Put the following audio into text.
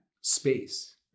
space